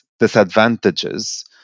disadvantages